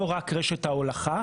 לא רק רשת ההולכה,